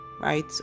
right